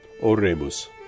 Oremus